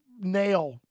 nail